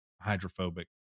hydrophobic